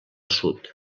sud